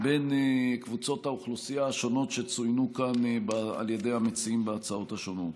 בין קבוצות האוכלוסייה שצוינו כאן על ידי המציעים בהצעות השונות.